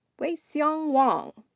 wei-siang wang.